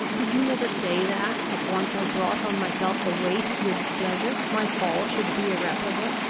did you never say that, if once i brought on myself the weight of your displeasure, my fall should be irreparable?